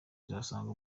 uzasanga